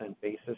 basis